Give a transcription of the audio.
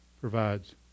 provides